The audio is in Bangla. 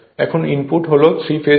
এখন ইনপুট হল 3 ফেজ এর